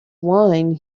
wine